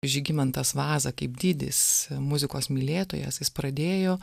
žygimantas vaza kaip didis muzikos mylėtojas jis pradėjo